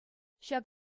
ҫак